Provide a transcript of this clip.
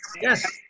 Yes